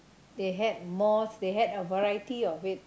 they had malls they had a variety of it